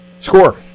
Score